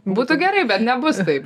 būtų gerai bet nebus taip